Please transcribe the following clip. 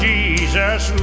Jesus